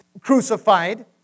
crucified